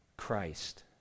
Christ